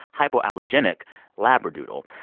hypoallergenic labradoodle.